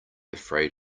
afraid